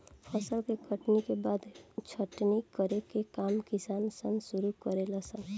फसल के कटनी के बाद छटनी करे के काम किसान सन शुरू करे ले सन